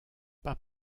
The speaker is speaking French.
pas